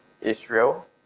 Israel